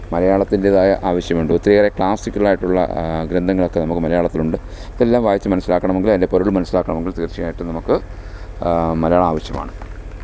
മലയാളത്തിൻ്റേതായ ആവിശ്യമുണ്ട് ഒത്തിരിയേറെ ക്ലാസ്സിക്കലായിട്ടുള്ള ഗ്രന്ഥങ്ങളൊക്കെ നമ്മൾക്ക് മലയാളത്തിലുണ്ട് ഇതെല്ലാം വായിച്ചു മനസ്സിലാക്കണമെങ്കിൽ അതിന്റെ പൊരുള് മനസിലാക്കണമെങ്കില് തീര്ച്ചയായിട്ടും നമ്മക്ക് മലയാളം ആവിശ്യമാണ്